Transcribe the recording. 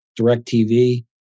DirecTV